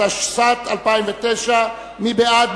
התשס"ט 2009. מי בעד?